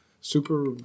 super